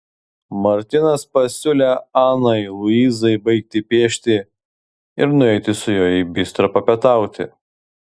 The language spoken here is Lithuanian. martynas pasiūlė anai luizai baigti piešti ir nueiti su juo į bistro papietauti